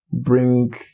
bring